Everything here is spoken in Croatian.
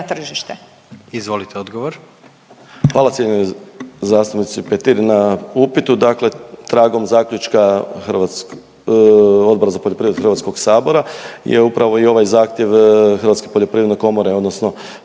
odgovor. **Majdak, Tugomir** Hvala cijenjenoj zastupnici Petir na upitu. Dakle tragom zaključka Odbora za poljoprivredu HS-a je upravo i ovaj zahtjev Hrvatske poljoprivredne komore odnosno